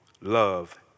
love